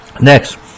next